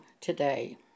today